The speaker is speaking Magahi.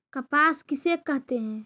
कपास किसे कहते हैं?